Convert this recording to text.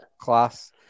class